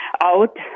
out